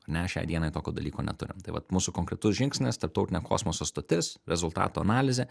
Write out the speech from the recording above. ar ne šiai dienai tokio dalyko neturim tai vat mūsų konkretus žingsnis tarptautinė kosmoso stotis rezultatų analizė